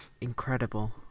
incredible